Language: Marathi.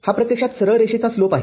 हा प्रत्यक्षात सरळ रेषेचा स्लोप आहे